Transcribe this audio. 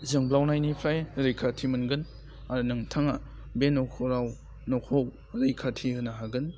जोब्लावनायनिफ्राय रैखाथि मोनगोन आरो नोंथाङा बे नखराव न'खौ रैखाथि होनो हागोन